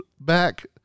back